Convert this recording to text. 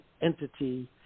entity